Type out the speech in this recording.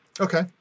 Okay